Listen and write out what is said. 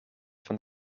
van